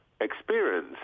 experience